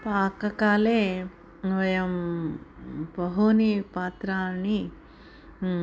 पाककाले वयं बहूनि पात्राणि